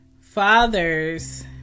fathers